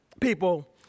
people